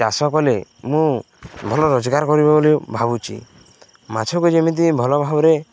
ଚାଷ କଲେ ମୁଁ ଭଲ ରୋଜଗାର କରିବି ବୋଲି ଭାବୁଛି ମାଛକୁ ଯେମିତି ଭଲ ଭାବରେ